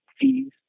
fees